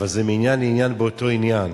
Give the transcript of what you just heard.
אבל זה מעניין לעניין באותו עניין.